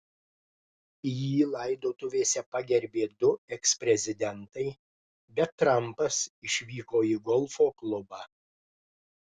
jį laidotuvėse pagerbė du eksprezidentai bet trampas išvyko į golfo klubą